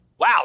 wow